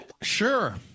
Sure